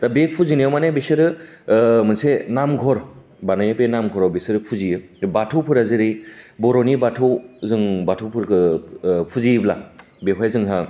दा बे फुजिनायाव माने बिसोरो मोनसे नाम घर बानायो बे नामघरआव बिसोर फुजियो बे बाथौफोरा जेरै बर'नि बाथौ जों बाथौफोरखौ फुजियोब्ला बेवहाय जोंहा